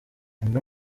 imwe